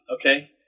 okay